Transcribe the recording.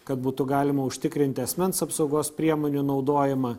kad būtų galima užtikrinti asmens apsaugos priemonių naudojimą